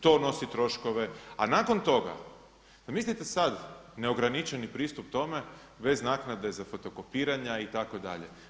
To nosi troškove, a nakon toga zamislite sad neograničeni pristup tome bez naknade za fotokopiranja itd.